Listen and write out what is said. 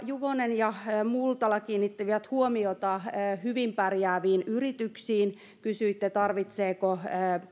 juvonen ja multala kiinnittivät huomiota hyvin pärjääviin yrityksiin kysyitte tarvitseeko